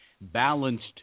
balanced